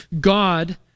God